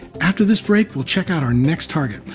after this break we'll check out our next target,